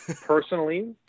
personally